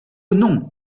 non